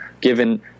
given